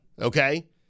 okay